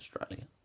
Australia